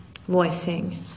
voicing